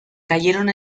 cayeron